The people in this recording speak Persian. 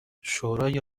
شورای